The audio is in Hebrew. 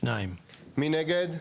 2 נגד,